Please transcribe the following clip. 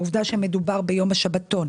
העובדה שמדובר ביום השבתון,